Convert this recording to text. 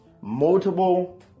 multiple